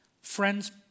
friends